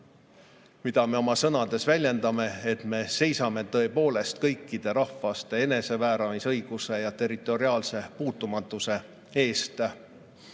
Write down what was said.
mida me oma sõnades väljendame, et me seisame tõepoolest kõikide rahvaste enesemääramisõiguse ja territoriaalse puutumatuse eest. Aga